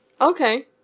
Okay